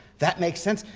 that makes sense.